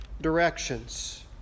directions